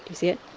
you so ee it?